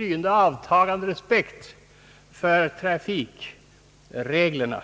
en avtagande respekt för trafikreglerna.